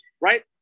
right